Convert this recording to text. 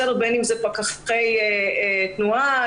בין אם פקחי תנועה,